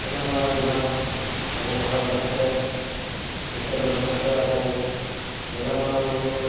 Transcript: ᱡᱟᱱᱟᱢ ᱟᱲᱟᱝ ᱡᱟᱦᱟᱸ ᱟᱵᱚ ᱦᱚᱲ ᱵᱷᱟᱥᱟᱛᱮ ᱥᱟᱱᱛᱟᱞᱤ ᱵᱷᱟᱥᱟᱛᱮ ᱟᱵᱚ ᱡᱟᱱᱟᱢ ᱟᱲᱟᱝ ᱵᱚ